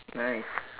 nice